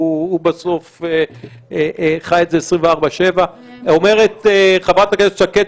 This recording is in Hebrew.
הוא בסוף חי את זה 24/7. אומרת חברת הכנסת שקד,